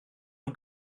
nhw